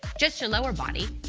just your lower body.